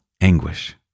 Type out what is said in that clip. anguish